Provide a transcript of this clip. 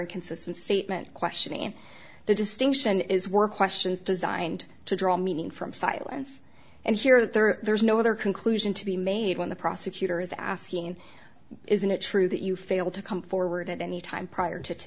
inconsistent statement questioning the distinction is were questions designed to draw meaning from silence and hear that there's no other conclusion to be made when the prosecutor is asking isn't it true that you fail to come forward at any time prior to